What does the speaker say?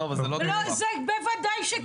לא, אבל זה לא בהכרח שיהיה --- בוודאי שכן.